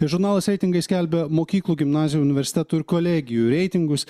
žurnalas reitingai skelbia mokyklų gimnazijų universitetų ir kolegijų reitingus